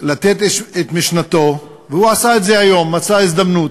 ולתת את משנתו, והוא עשה את זה היום, מצא הזדמנות,